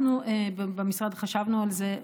אנחנו במשרד חשבנו על זה,